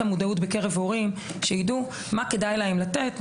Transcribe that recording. המודעות בקרבם שידעו מה כדאי להם לתת,